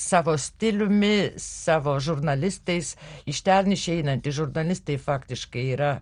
savo stiliumi savo žurnalistais iš ten išeinantys žurnalistai faktiškai yra